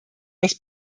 das